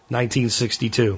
1962